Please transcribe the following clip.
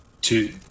Two